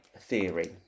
theory